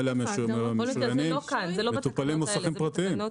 הם מטופלים במוסכים פרטיים.